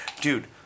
dude